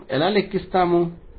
మనము ఎలా లెక్కిస్తాము